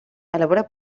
elabora